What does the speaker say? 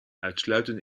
uitsluitend